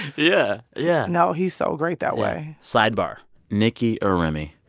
yeah, yeah no, he's so great that way sidebar nicki or remy?